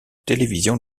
télévision